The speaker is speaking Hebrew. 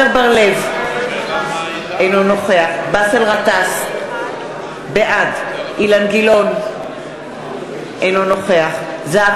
טלב אבו עראר, בעד עפו אגבאריה, אינו נוכח יולי